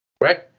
right